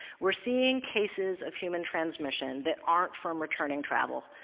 we're seeing cases of human transmission that aren't from returning travel,